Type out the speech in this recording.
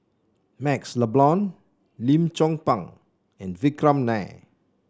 MaxLe Blond Lim Chong Pang and Vikram Nair